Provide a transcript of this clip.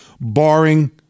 barring